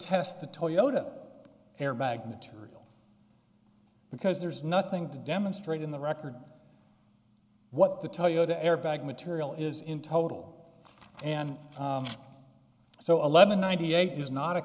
test the toyota airbag material because there's nothing to demonstrate in the record what the toyota airbag material is in total and so eleven ninety eight is not a